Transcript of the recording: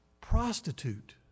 prostitute